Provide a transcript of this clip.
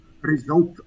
result